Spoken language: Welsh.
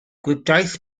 gwibdaith